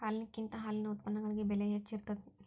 ಹಾಲಿನಕಿಂತ ಹಾಲಿನ ಉತ್ಪನ್ನಗಳಿಗೆ ಬೆಲೆ ಹೆಚ್ಚ ಇರತೆತಿ